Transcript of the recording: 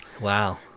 wow